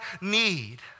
need